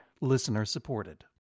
Listener-supported